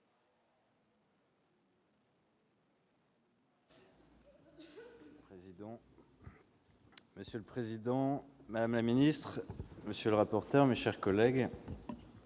Monsieur le président, madame la ministre, monsieur le rapporteur, mes chers collègues,